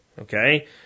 okay